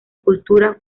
cultura